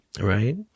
right